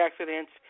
accidents